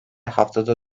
haftada